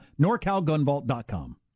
NorCalGunVault.com